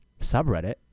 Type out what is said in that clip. subreddit